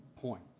point